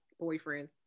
boyfriend